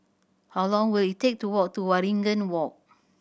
how long will it take to walk to Waringin Walk